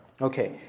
Okay